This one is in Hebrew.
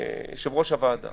יושב-ראש הוועדה